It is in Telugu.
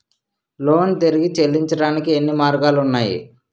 లోన్ తిరిగి చెల్లించటానికి ఎన్ని మార్గాలు ఉన్నాయి?